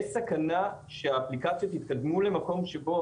יש סכנה שהאפליקציות יתקדמו למקום שבו